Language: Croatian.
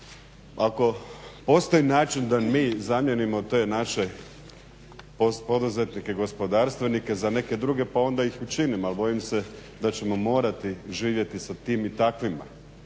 Ako postoji način da mi zamijenimo te naše poduzetnike, gospodarstvenike za neke druge, pa onda ih učinimo. Ali bojim se da ćemo morati živjeti sa tim i takvima